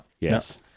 Yes